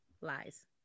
Lies